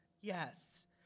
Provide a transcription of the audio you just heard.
Yes